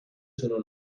sono